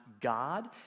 God